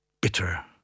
bitter